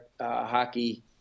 hockey